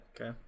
Okay